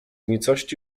nicości